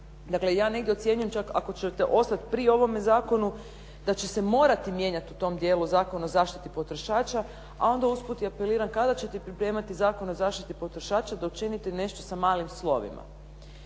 Dakle, ja negdje ocjenjujem čak ako ćete ostat pri ovome zakonu da će se morati mijenjat u tom dijelu Zakon o zaštiti potrošača, a onda usput i apeliram kada ćete pripremati Zakon o zaštiti potrošača da učinite nešto sa malim slovima.